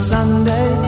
Sunday